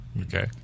Okay